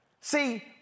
See